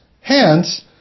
hence